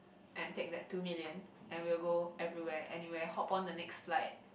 and take that two million and we'll go everywhere anywhere hop on the next flight